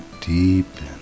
deepen